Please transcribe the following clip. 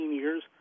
years